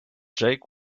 jake